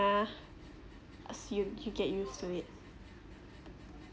uh assume you get used to it